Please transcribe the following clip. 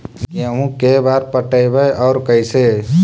गेहूं के बार पटैबए और कैसे?